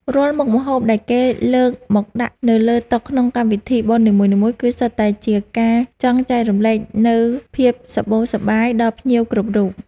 រាល់មុខម្ហូបដែលគេលើកមកដាក់នៅលើតុក្នុងកម្មវិធីបុណ្យនីមួយៗ គឺសុទ្ធតែជាការចង់ចែករំលែកនូវភាពសម្បូរសប្បាយដល់ភ្ញៀវគ្រប់រូប។